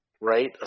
right